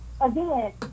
again